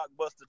blockbuster